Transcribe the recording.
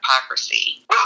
hypocrisy